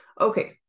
Okay